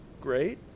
Great